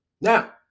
Now